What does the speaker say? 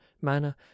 manner